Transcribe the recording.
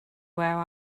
where